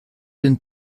den